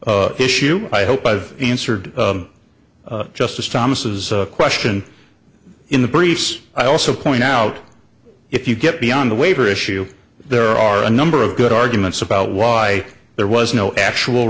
issue i hope i've answered justice thomas question in the briefs i also point out if you get beyond the waiver issue there are a number of good arguments about why there was no actual